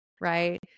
right